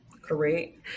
Correct